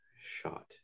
Shot